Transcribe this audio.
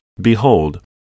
Behold